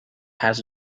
has